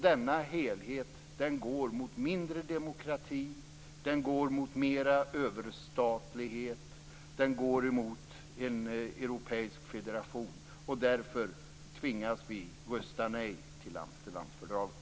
Denna helhet går mot mindre demokrati, mot mer överstatlighet och mot en europeisk federation. Därför tvingas vi rösta nej till Amsterdamfördraget.